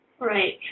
Right